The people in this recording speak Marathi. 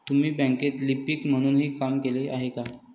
तुम्ही बँकेत लिपिक म्हणूनही काम केले आहे का?